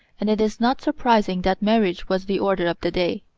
and it is not surprising that marriage was the order of the day.